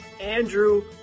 Andrew